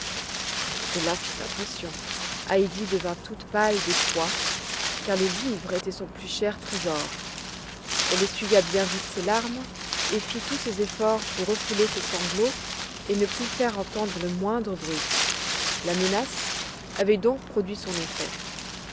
cela fit impression heidi devint toute pâle d'effroi car le livre était son plus cher trésor elle essuya bien vite ses larmes et fit tous ses efforts pour refouler ses sanglots et ne plus faire entendre le moindre bruit la menace avait donc produit son effet